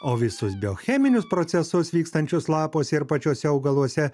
o visus biocheminius procesus vykstančius lapuose ir pačiuose augaluose